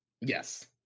yes